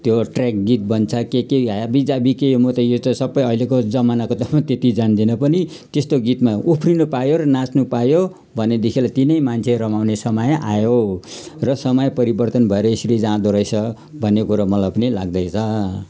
त्यो ट्र्याक गीत भन्छ के के हाबीजाबी के म त यो त सबै अहिलेको जमानाको त त्यति जान्दिनँ पनि त्यस्तो गीतमा उफ्रिनु पायो र नाच्नु पायो भनेदेखिलाई तिनै मान्छे रमाउने समय आयो र समय परिवर्तन भएर यसरी जाँदोरहेछ भन्ने कुरो मलाई पनि लाग्दैछ